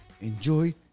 enjoy